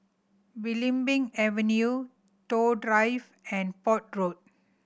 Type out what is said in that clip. Belimbing Avenue Toh Drive and Port Road